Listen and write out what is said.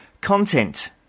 Content